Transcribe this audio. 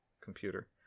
computer